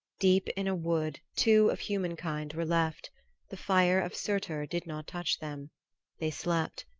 deep in a wood two of human kind were left the fire of surtur did not touch them they slept,